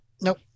nope